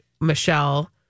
michelle